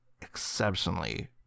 exceptionally